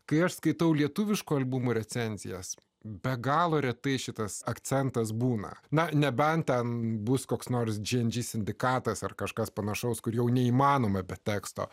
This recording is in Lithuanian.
kai aš skaitau lietuviškų albumų recenzijas be galo retai šitas akcentas būna na nebent ten bus koks nors džy and džy sindikatas ar kažkas panašaus kur jau neįmanoma be teksto